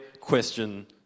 question